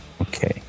okay